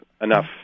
enough